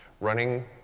running